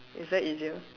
is that easier